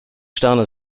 sterne